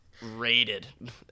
rated